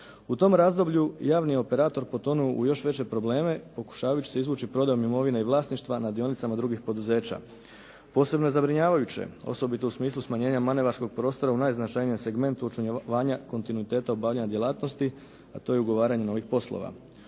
U tom razdoblju javni operator potonuo je u još veće probleme pokušavajući se izvući prodajom imovine i vlasništva na dionicama drugih poduzeća. Posebno je zabrinjavajuće, osobito u smislu smanjenja manevarskog prostora u najznačajnijem segmentu očuvanja kontinuiteta obavljanja djelatnosti a to je ugovaranje novih poslova.